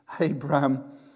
Abraham